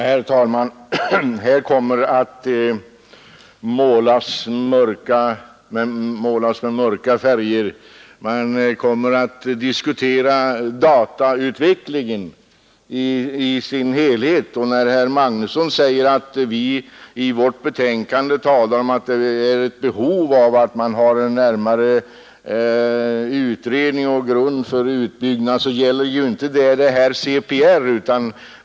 Herr talman! Här kommer att målas med mörka färger, och man kommer att diskutera datautvecklingen i dess helhet. Herr Magnusson i Borås säger att vi i vårt betänkande talar om att det finns behov av en närmare utredning till grund för utbyggnaden, men det gäller ju inte CPR, det centrala personregistret.